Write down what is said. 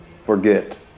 forget